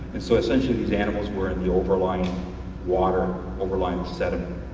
and so essentially these animals were in the overlying water, overlying sediment.